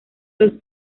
los